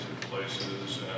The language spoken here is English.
places